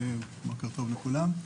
בוקר טוב לכולם.